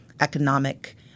economic